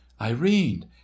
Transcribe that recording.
irene